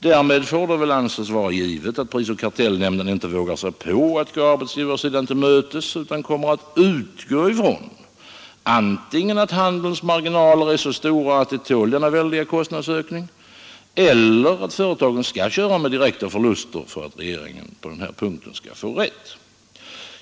Därmed får det väl anses vara givet att prisoch kartellnämnden inte vågar sig på att gå arbetsgivarsidan till mötes utan kommer att utgå från antingen att handelns marginaler är så stora att de tål denna väldiga kostnadsökning eller att företagarna skall köra med direkta förluster för att regeringen på den här punkten skall få rätt.